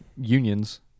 unions